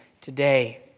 today